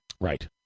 Right